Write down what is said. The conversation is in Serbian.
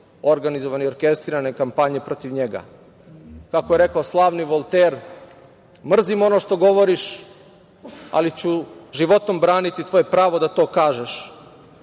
organizovane i orkestrirane kampanje protiv njega. Kako je rekao slavni Volter - mrzim ono što govoriš, ali ću životom braniti tvoje pravo da pokažeš.